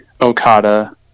Okada